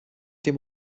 dem